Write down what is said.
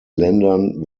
ländern